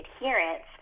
adherence